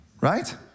Right